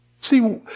See